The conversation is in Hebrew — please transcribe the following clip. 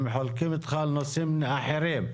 הם חולקים איתך על נושאים אחרים.